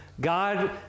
God